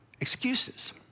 excuses